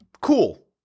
Cool